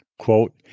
Quote